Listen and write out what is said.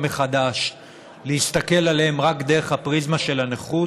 מחדש להסתכל עליהם רק דרך הפריזמה של הנכות,